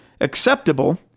acceptable